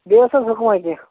بیٚیہِ اوس حظ حُکماہ کیٚنٛہہ